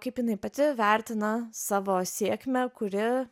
kaip jinai pati vertina savo sėkmę kuri